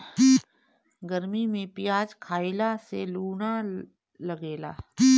गरमी में पियाज खइला से लू ना लागेला